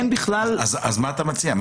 מה אתה מציע?